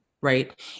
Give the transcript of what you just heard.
right